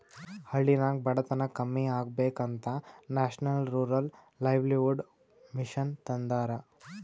ಹಳ್ಳಿನಾಗ್ ಬಡತನ ಕಮ್ಮಿ ಆಗ್ಬೇಕ ಅಂತ ನ್ಯಾಷನಲ್ ರೂರಲ್ ಲೈವ್ಲಿಹುಡ್ ಮಿಷನ್ ತಂದಾರ